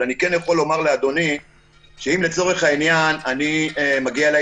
אבל אני כן יכול לומר לאדוני שאם מגיע אליי